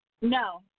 No